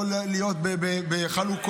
יכול להיות בחלוקות,